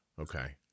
Okay